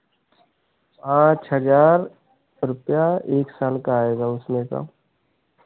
पाँच हजार रुपैया एक साल का आएगा उसमें का